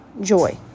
joy